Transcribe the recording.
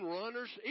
runners